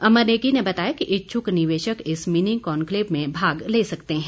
अमर नेगी ने बताया कि इच्छुक निवेशक इस मिनी कनक्लेव में भाग ले सकते हैं